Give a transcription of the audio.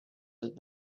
had